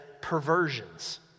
perversions